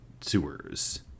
sewers